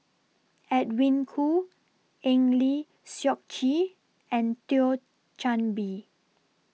Edwin Koo Eng Lee Seok Chee and Thio Chan Bee